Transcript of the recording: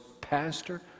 pastor